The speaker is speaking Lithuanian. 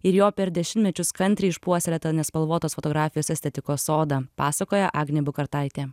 ir jo per dešimtmečius kantriai išpuoselėtą nespalvotos fotografijos estetikos sodą pasakoja agnė bukartaitė